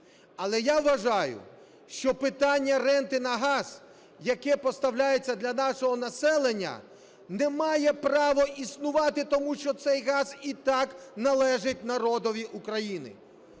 Але я вважаю, що питання ренти на газ, який поставляється для нашого населення, не має права існувати, тому що цей газ і так належить народові України.